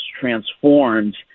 transformed